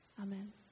Amen